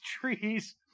trees